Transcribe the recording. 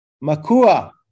Makua